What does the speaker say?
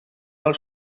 els